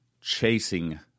chasing